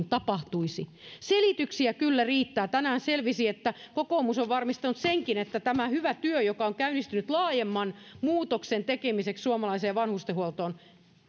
tapahtuisi selityksiä kyllä riittää tänään selvisi että kokoomus on varmistanut senkin että tämäkin hyvä työ joka on käynnistynyt laajemman muutoksen tekemiseksi suomalaiseen vanhustenhuoltoon